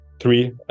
three